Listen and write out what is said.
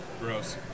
Gross